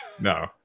No